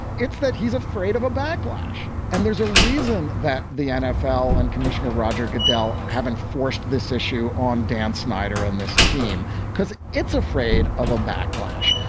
it's that he's afraid of a backlash. and there's a reason that the nfl and commissioner roger goodell haven't forced this issue on dan snyder and this team because it's afraid of a backlash.